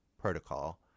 protocol